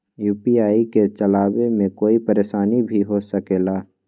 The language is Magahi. यू.पी.आई के चलावे मे कोई परेशानी भी हो सकेला?